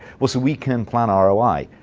well, so we can plan ah roi.